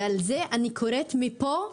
ועל זה אני קוראת מפה,